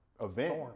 event